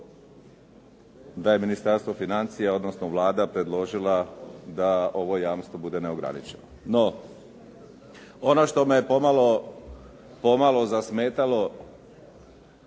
da je Ministarstvo financija, odnosno Vlada predložila da ovo jamstvo bude neograničeno. No, ono što me pomalo zasmetalo